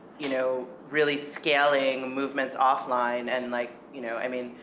you know, really scaling movements offline, and like, you know, i mean,